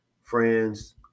friends